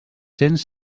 cents